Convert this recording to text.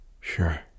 Sure